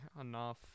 enough